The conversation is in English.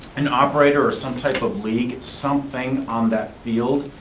an operator or some type of league, something on that field,